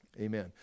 amen